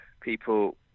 people